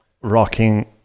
rocking